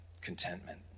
contentment